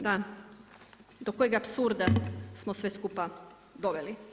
Da do kojeg apsurda smo sve skupa doveli.